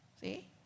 See